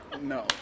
No